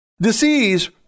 Disease